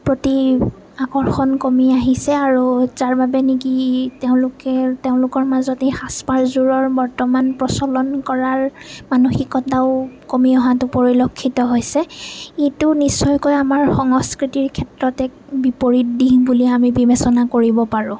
প্ৰতি আকৰ্ষণ কমি আহিছে আৰু যাৰ বাবে নেকি তেওঁলোকে তেওঁলোকৰ মাজত এই সাজপাৰযোৰৰ বৰ্তমান প্ৰচলন কৰাৰ মানসিকতাটোও কমি অহাটো পৰিলক্ষিত হৈছে এইটো নিশ্চয়কৈ আমাৰ সংস্কৃতিৰ ক্ষেত্ৰত এক বিপৰীত দিশ বুলি আমি বিবেচনা কৰিব পাৰোঁ